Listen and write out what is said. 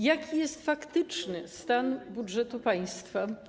Jaki jest faktyczny stan budżetu państwa?